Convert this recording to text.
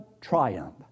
triumph